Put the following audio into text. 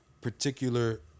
particular